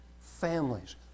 families